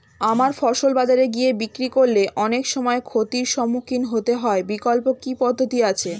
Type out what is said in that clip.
আমার ফসল বাজারে গিয়ে বিক্রি করলে অনেক সময় ক্ষতির সম্মুখীন হতে হয় বিকল্প কি পদ্ধতি আছে?